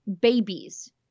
babies